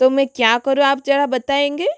तो मैं क्या करूँ आप जरा बताऍंगे